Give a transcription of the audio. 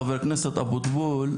חבר הכנסת אבוטבול,